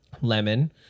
lemon